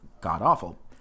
god-awful